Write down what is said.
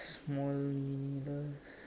small meaningless